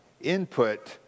input